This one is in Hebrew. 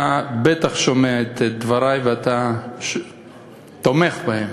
אתה בטח שומע את דברי, ואתה תומך בהם.